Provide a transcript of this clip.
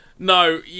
No